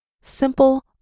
Simple